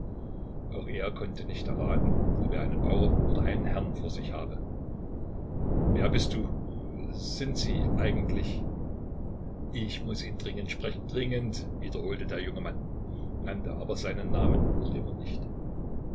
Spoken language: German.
auch er konnte nicht erraten ob er einen bauern oder einen herrn vor sich habe wer bis du sind sie eigentlich ich muß ihn dringend sprechen dringend wiederholte der junge mann nannte aber seinen namen noch immer nicht